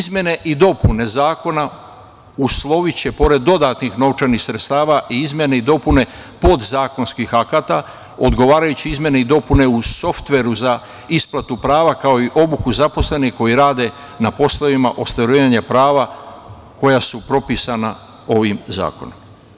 Izmene i dopune zakona usloviće, pored dodatnih novčanih sredstava i izmene i dopune podzakonskih akata, odgovarajuće izmene i dopune u softveru za isplatu prava kao i obuku zaposlenih koji rade na poslovima ostvarivanja prava koja su propisana ovim zakonom.